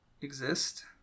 exist